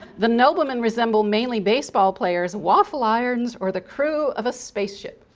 the noblemen resemble mainly baseball players, waffle irons, or the crew of a spaceship.